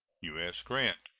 u s. grant.